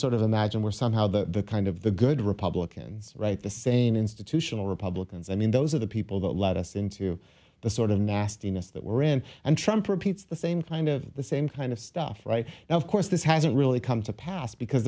sort of imagine we're somehow the kind of the good republicans right the sane institutional republicans i mean those are the people that lead us into the sort of nastiness that we're in and trump repeats the same kind of the same kind of stuff right now of course this hasn't really come to pass because